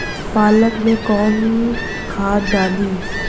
पालक में कौन खाद डाली?